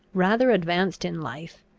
rather advanced in life,